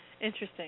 Interesting